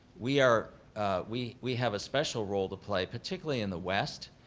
we are we we have a special role to play, particularly in the west,